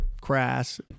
crass